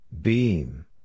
Beam